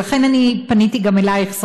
ולכן פניתי אלייך,